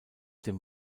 dem